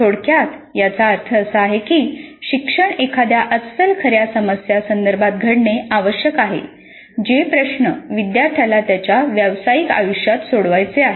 थोडक्यात याचा अर्थ असा आहे की शिक्षण एखाद्या अस्सल खऱ्या समस्या संदर्भातच घडणे आवश्यक आहे जे प्रश्न विद्यार्थ्याला त्याच्या व्यावसायिक आयुष्यात सोडवायचे आहेत